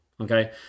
okay